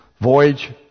voyage